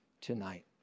tonight